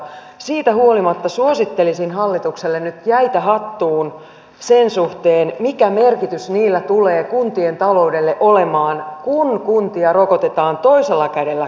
siitä huolimatta suosittelisin hallitukselle nyt jäitä hattuun sen suhteen mikä merkitys niillä tulee kuntien taloudelle olemaan kun kuntia rokotetaan toisella kädellä koko ajan